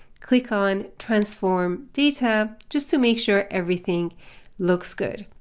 click on transform data just to make sure everything looks good.